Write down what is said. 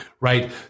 right